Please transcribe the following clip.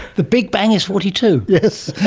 the big bang is forty two? yes.